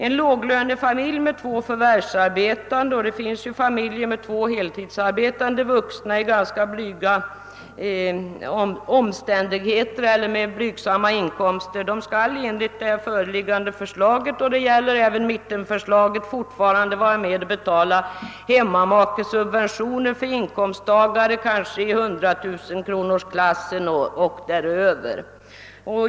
En låglönefamilj med två förvärvsarbetande — det finns ju familjer med två heltidsarbetande vuxna med blygsamma inkomster — skall enligt det framlagda förslaget i propositionen och även enligt mittenförslaget också i fortsättningen vara med och betala hemmamakesubventionering för inkomsttagare som kanske ligger i 100 000-kronorsklassen eller däröver.